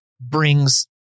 brings